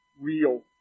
real